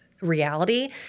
reality